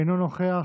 אינו נוכח.